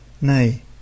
Nay